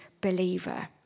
believer